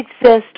exist